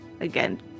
again